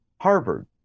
harvard